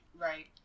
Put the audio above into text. Right